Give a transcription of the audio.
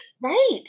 Right